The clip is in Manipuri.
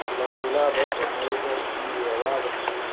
ꯊꯧꯕꯥꯜ ꯖꯤꯂꯥꯗ ꯊꯦꯡꯅꯔꯤꯕ ꯏꯁꯤꯡꯒꯤ ꯑꯋꯥꯕꯁꯤ